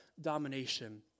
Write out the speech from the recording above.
domination